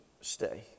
stay